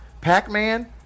Pac-Man